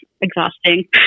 exhausting